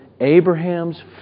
Abraham's